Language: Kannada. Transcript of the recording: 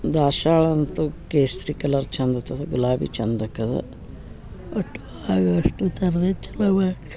ದಾಸಾಳ ಅಂತೂ ಕೇಸರಿ ಕಲರ್ ಚಂದಿರ್ತದೆ ಗುಲಾಬಿ ಚಂದಕ್ಕದ ಒಟ್ಟು ಆಗ ಅಷ್ಟು ಥರದ ಚಲೋವಾ